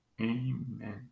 Amen